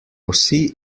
vsi